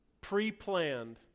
pre-planned